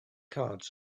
cards